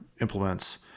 implements